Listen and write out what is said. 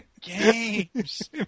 Games